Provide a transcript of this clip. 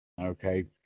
Okay